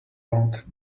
out